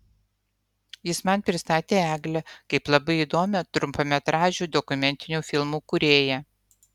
jis man pristatė eglę kaip labai įdomią trumpametražių dokumentinių filmų kūrėją